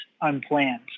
unplanned